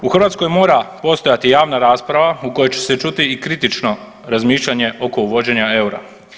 U Hrvatskoj mora postojati javna rasprava u kojoj će se čuti i kritično razmišljanje oko uvođenja eura.